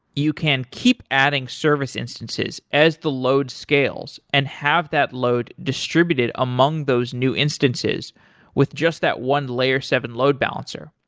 you can keep adding service instances as the load scales and have that load distributed among those new instances with just that one layer seven load balancer,